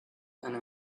and